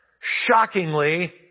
shockingly